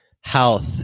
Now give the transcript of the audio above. health